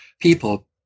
people